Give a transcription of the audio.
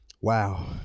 Wow